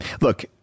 look